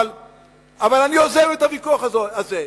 אבל אני עוזב את הוויכוח הזה.